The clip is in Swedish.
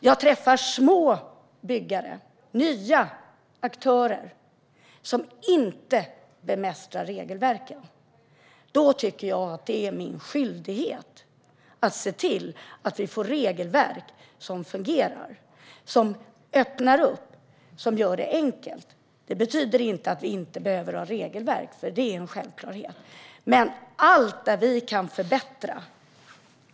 Jag träffar små byggare och nya aktörer som inte bemästrar regelverken. Då tycker jag att det är min skyldighet att se till att vi får regelverk som fungerar, som öppnar upp och som gör det enkelt. Det betyder inte att vi inte behöver ha regelverk, för det är en självklarhet.